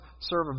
serve